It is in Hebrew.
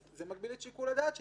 זה מגביל את שיקול הדעת שלו,